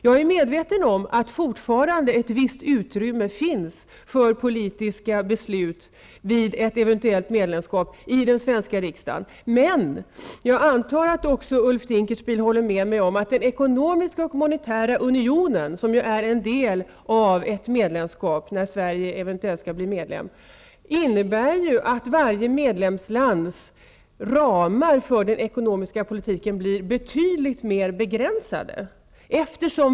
Jag är medveten om att det fortfarande finns ett visst utrymme för politiska beslut i den svenska riksdagen vid ett eventuellt medlemskap. Men jag antar att Ulf Dinkelspiel håller med mig om att den ekonomiska och monetära unionen -- som är en del av ett medlemskap när Sverige eventuellt skall bli medlem -- innebär att varje medlemslands ramar för den ekonomiska politiken blir betydligt mer begränsade.